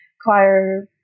choir